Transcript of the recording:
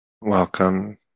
welcome